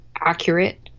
accurate